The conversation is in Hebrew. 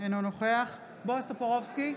אינו נוכח בועז טופורובסקי,